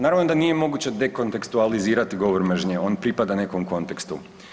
Naravno da nije moguće dekontekstualizirati govor mržnje, on pripada nekom kontekstu.